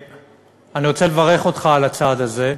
אני רוצה לברך אותך על הצעד הזה.